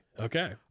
Okay